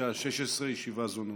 בשעה 16:00.